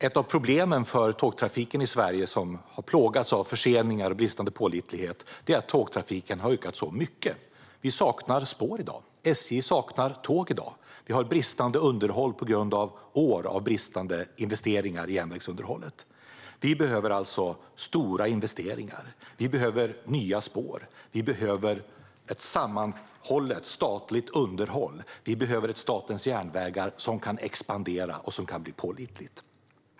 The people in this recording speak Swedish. Ett av problemen för tågtrafiken i Sverige, som har plågats av förseningar och bristande pålitlighet, är att tågtrafiken har ökat så mycket. Vi saknar spår i dag, och SJ saknar tåg i dag. Vi har ett bristande underhåll på grund av år av bristande investeringar i järnvägsunderhållet. Vi behöver alltså stora investeringar. Vi behöver nya spår. Vi behöver ett sammanhållet statligt underhåll. Vi behöver ett Statens järnvägar som kan expandera och som kan bli pålitligt.